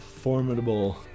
formidable